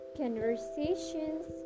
conversations